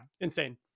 insane